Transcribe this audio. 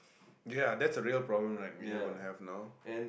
ya that's a real problem right we have we gonna have now